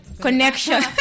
Connection